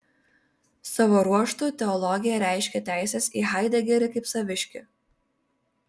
savo ruožtu teologija reiškė teises į haidegerį kaip saviškį